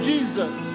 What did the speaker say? Jesus